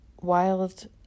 wild